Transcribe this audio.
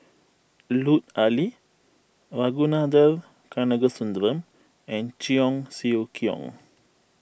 Lut Ali Ragunathar Kanagasuntheram and Cheong Siew Keong